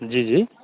जी जी